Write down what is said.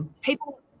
people